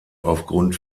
aufgrund